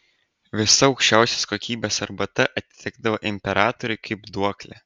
visa aukščiausios kokybės arbata atitekdavo imperatoriui kaip duoklė